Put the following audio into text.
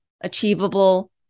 achievable